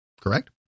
Correct